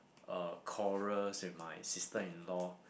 uh quarrels with my sister in law